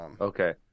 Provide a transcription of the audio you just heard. Okay